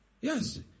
Yes